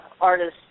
artists